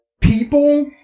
people